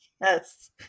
Yes